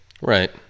Right